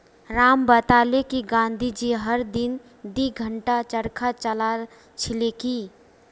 राम बताले कि गांधी जी हर दिन दी घंटा चरखा चला छिल की